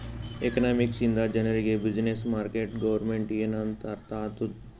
economics ಇಂದ ಜನರಿಗ್ business, market, government ಎನ್ ಅಂತ್ ಅರ್ಥ ಆತ್ತುದ್